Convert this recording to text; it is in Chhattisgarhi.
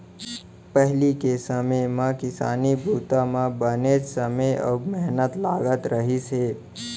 पहिली के समे म किसानी बूता म बनेच समे अउ मेहनत लागत रहिस हे